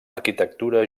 arquitectura